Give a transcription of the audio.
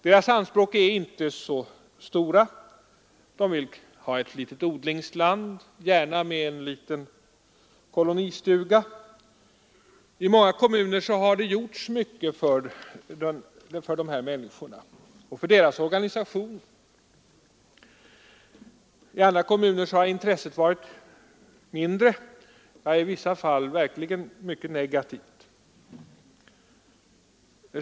Deras anspråk är inte så stora — de vill ha ett litet odlingsland, gärna med en liten kolonistuga. I många kommuner har mycket gjorts för dessa människor och för deras organisation. I andra kommuner har intresset tyvärr varit mindre, ja, i vissa fall har inställningen varit mycket negativ.